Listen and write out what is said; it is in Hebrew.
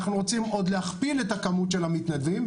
אנחנו רוצים עוד להכפיל את הכמות של המתנדבים.